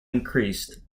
increased